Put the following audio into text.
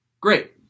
Great